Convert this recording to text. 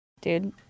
Dude